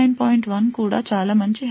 1 కూడా చాలా మంచి హామింగ్ దూరం